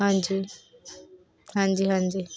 ਹਾਂਜੀ ਹਾਂਜੀ ਹਾਂਜੀ